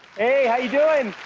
hey. how you doing?